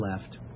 left